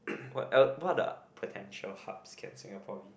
what el~ what other potential hubs can Singapore be